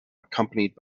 accompanied